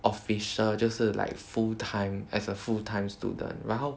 official 就是 like full-time as a full-time student 然后